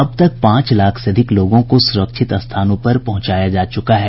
अब तक पांच लाख से अधिक लोगों को सुरक्षित स्थानों पर पहुंचाया जा चुका है